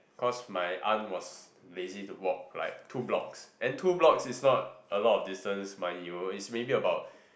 cause my aunt was lazy to walk like two blocks and two blocks is not a lot of distance money you know is maybe about